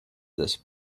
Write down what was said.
this